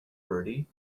bertie